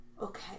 Okay